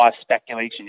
speculation